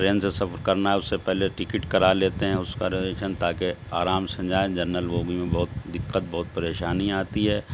train سے سفر سے کرنا ہے اس سے پہلے ٹکٹ کرا لیتے ہیں اس کا ریزرویشن تاکہ آرام سے جائیں جنرل بوگی میں بہت دقت بہت پریشانی آتی ہے